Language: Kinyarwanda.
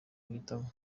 guhitamo